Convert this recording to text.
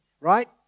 right